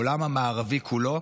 העולם המערבי כולו,